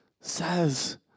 says